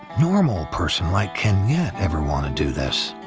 normal person like kenyette, ever want to do this?